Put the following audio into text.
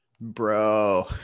Bro